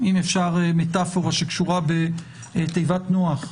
אם אפשר מטאפורה שקשורה בתיבת נוח.